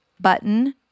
button